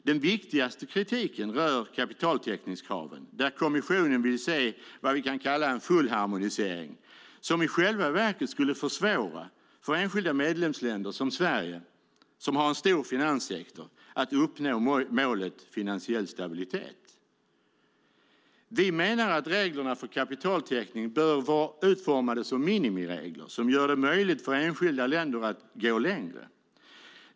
Den viktigaste kritiken rör kapitaltäckningskraven. Kommissionen vill se en fullharmonisering, som i själva verket skulle försvåra för enskilda medlemsländer, till exempel Sverige som har en stor finanssektor, att uppnå målet finansiell stabilitet. Vi menar att reglerna för kapitaltäckning bör vara utformade som minimiregler som gör det möjligt för enskilda länder att gå längre.